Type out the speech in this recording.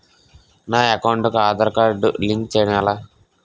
నా అకౌంట్ కు Aadhaar card link చేయడం ఎలా?